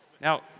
now